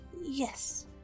Yes